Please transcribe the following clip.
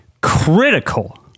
critical